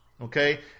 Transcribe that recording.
okay